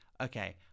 Okay